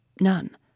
None